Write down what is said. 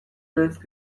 است